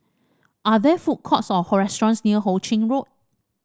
are there food courts or restaurants near Ho Ching Road